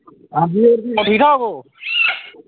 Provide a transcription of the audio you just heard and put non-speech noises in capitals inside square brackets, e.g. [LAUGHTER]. [UNINTELLIGIBLE] हां जी ठीक ठाक ओ